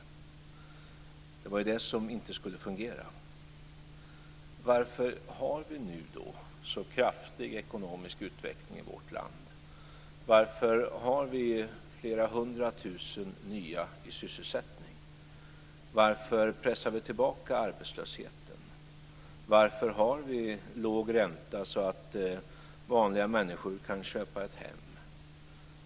Det var ju det som inte skulle fungera. Varför har vi nu då en så kraftig ekonomisk utveckling i vårt land? Varför har vi flera hundra tusen nya i sysselsättning? Varför pressar vi tillbaka arbetslösheten? Varför har vi en låg ränta, så att vanliga människor kan köpa ett hem?